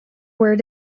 word